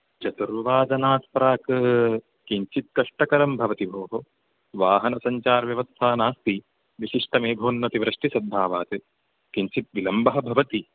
चतुर्वादनात् प्राक् किञ्चित् कष्टकरं भवति भोः वाहनसञ्चारव्यवस्था नास्ति विशिष्टमोघोन्नतिवृष्टिसद्भावात् किञ्चित् विलम्बः भवति